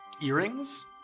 earrings